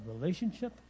relationship